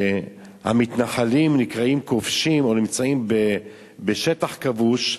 שהמתנחלים נקראים "כובשים" או נמצאים בשטח כבוש,